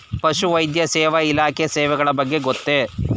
ಪಶುವೈದ್ಯ ಸೇವಾ ಇಲಾಖೆಯ ಸೇವೆಗಳ ಬಗ್ಗೆ ಗೊತ್ತೇ?